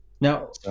Now